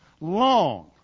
long